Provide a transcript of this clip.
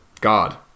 God